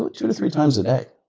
like two to three times a day.